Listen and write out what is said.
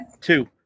Two